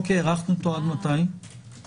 עד מתי הארכנו את החוק?